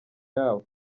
yabo